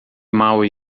mau